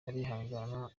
arihangana